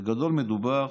בגדול מדובר